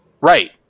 Right